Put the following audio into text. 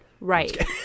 Right